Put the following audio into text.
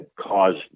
caused